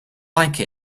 like